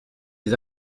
des